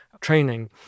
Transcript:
training